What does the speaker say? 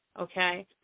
okay